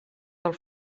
del